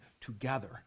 together